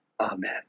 Amen